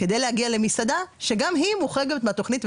כדי להגיע למסעדה שגם היא מוחרגת מהתוכנית,